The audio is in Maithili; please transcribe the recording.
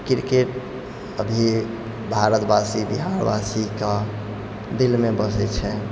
किरकेट अभी भारतवासी बिहारवासीके दिलमे बसै छै